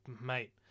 mate